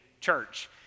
church